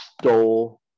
stole